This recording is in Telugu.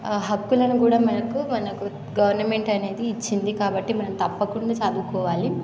హక్కులను కూడా మనకు మనకు గవర్నమెంట్ అనేది ఇచ్చింది కాబట్టి మనం తప్పకుండా చదువుకోవాలి